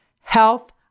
health